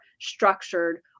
structured